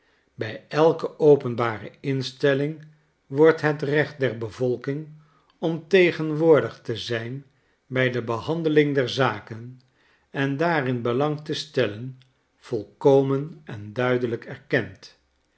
bij el'fce openbare instelling wordt het recht der beyolking om tegenwoordig te zijn bij de behandeling der zaken en daarin belang te stellen vplkomen en duidelyk erkend